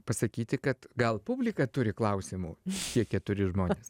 pasakyti kad gal publika turi klausimų šie keturi žmonės